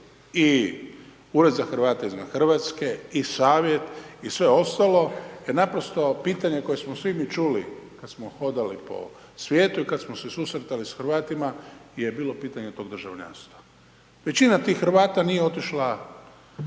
i Ured za Hrvate izvan Hrvatske i savjet i sve ostalo jer naprosto pitanje koje smo svi mi čuli, kad smo hodali po svijetu i kad smo se susretali s Hrvatima je bilo pitanje tog državljanstva. Većina tih Hrvata nije otišla